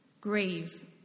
Grieve